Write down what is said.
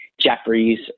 Jeffries